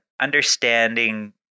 understanding